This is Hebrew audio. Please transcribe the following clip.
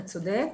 אתה צודק,